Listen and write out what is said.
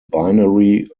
binary